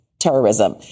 terrorism